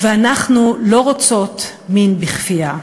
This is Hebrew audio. ואנחנו לא רוצות מין בכפייה.